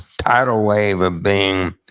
tidal wave of being,